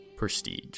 Prestige